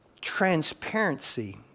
Transparency